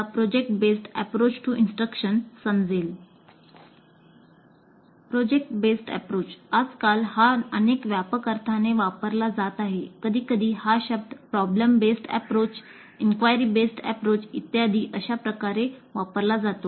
प्रकल्प आधारित दृष्टिकोन इत्यादी अशा प्रकारे वापरला जातो